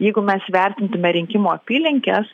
jeigu mes vertintume rinkimų apylinkes